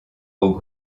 aux